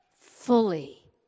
fully